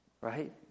right